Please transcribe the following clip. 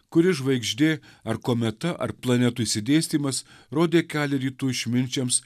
kuri žvaigždė ar kometa ar planetų išsidėstymas rodė kelią rytų išminčiams